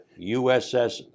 USS